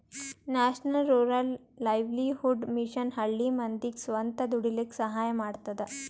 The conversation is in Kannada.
national rural livelihood mission ಹಳ್ಳಿ ಮಂದಿಗ್ ಸ್ವಂತ ದುಡೀಲಕ್ಕ ಸಹಾಯ ಮಾಡ್ತದ